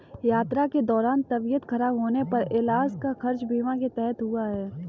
यात्रा के दौरान तबियत खराब होने पर इलाज का खर्च बीमा के तहत हुआ